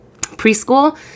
preschool